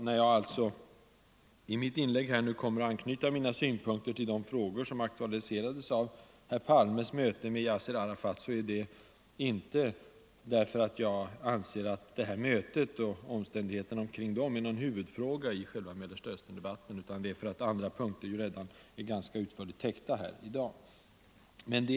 När jag alltså i mitt inlägg kommer att anknyta till de frågor som har aktualiserats av herr Palmes möte med Yassir Arafat är anledningen inte att jag anser att mötet och omständigheterna omkring det är någon huvudfråga i Mellersta Östern-debatten, utan att andra punkter redan är ganska utförligt täckta i dagens debatt.